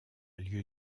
lieu